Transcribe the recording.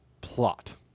plot